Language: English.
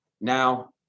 now